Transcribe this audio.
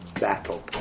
battle